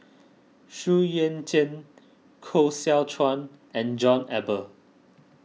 Xu Yuan Zhen Koh Seow Chuan and John Eber